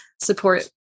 support